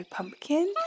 Pumpkin